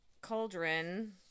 cauldron